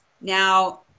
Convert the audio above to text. now